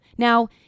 Now